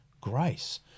grace